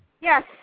Yes